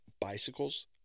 bicycles